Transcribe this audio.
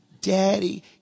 Daddy